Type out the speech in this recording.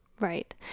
Right